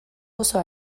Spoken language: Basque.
oso